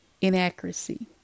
inaccuracy